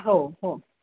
हो हो